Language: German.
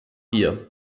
hier